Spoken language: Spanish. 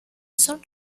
son